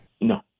No